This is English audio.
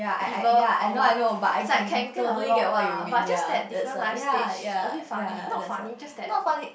evil or what is like can get along lah but just that different life stage a bit funny not funny just that